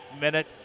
minute